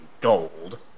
gold